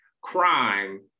crime